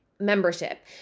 membership